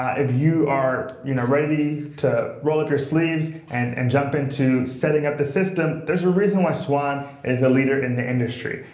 ah if you are you know ready to roll up your sleeves and and jump into setting up the system, there's a reason why swann is a leader in the industry.